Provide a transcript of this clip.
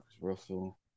Russell